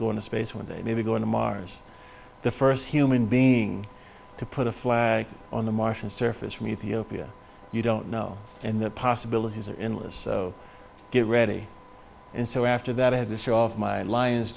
going to space one day maybe going to mars the first human being to put a flag on the martian surface from ethiopia you don't know and the possibilities are endless so get ready and so after that i had to show off my lions